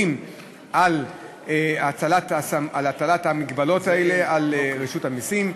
על הטלת המגבלות האלה על רשות המסים.